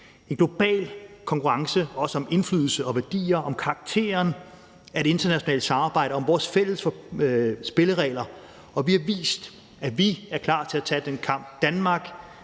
en global konkurrence om indflydelse og værdier og om karakteren af det internationale samarbejde og vores fælles spilleregler, og vi har vist, at vi er klar til at tage den kamp. Danmark